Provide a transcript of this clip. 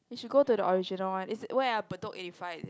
you should go to the original one it's where ah Bedok eighty five is it